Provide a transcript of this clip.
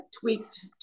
tweaked